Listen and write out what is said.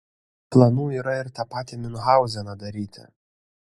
planų yra ir tą patį miunchauzeną daryti